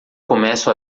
começo